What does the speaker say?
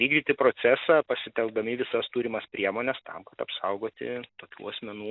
vykdyti procesą pasitelkdami visas turimas priemones tam kad apsaugoti tokių asmenų